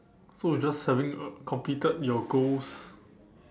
so it's just having uh completed your goals